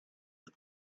как